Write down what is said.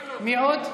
מי עוד?